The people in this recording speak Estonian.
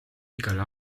igal